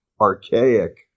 archaic